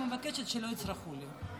אני רק מבקשת שלא יצרחו לי.